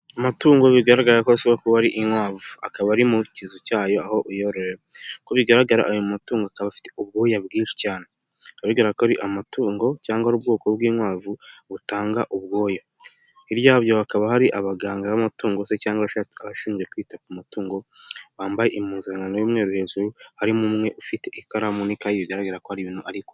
Amatungo bigaragara ko a ashobora kuba ari inkwavu, akaba ari mu kizu cyayo aho uyororera, nkuko bigaragara ayo mutungo akaba afite ubwoya bwinshi cyane, bikaba bigaragara ko ari amatungo cyangwa ari ubwoko bw'inkwavu butanga ubwoya, hirya yabyo hakaba hari abaganga b'amatungo se cyangwa abashinzwe kwita ku matungo wambaye impuzankano y'umweru hejuru harimo umwe ufite ikaramu n'ikayi bigaragara ko ari ibintu arimo.